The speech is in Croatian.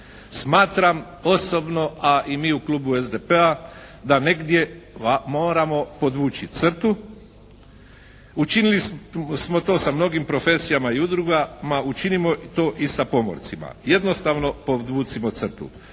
Smatram osobno, a i mi u klubu SDP-a da negdje moramo podvući crtu. Učinili smo to sa mnogim profesijama i udrugama. Učinimo to i sa pomorcima. Jednostavno podvucimo crtu.